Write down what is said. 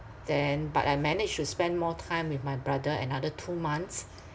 then but I managed to spend more time with my brother another two months